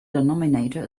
denominator